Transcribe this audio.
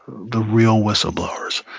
the real whistleblowers,